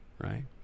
right